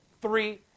three